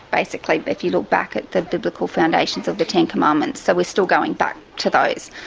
basically, if you look back at the biblical foundations of the ten commandments, so we're still going back to those.